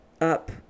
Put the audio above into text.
up